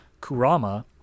Kurama